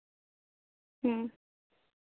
ᱦᱮᱸ